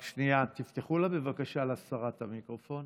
רק שנייה, תפתחו בבקשה לשרה את המיקרופון.